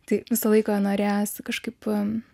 tai visą laiką norėjosi kažkaip